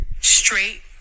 Straight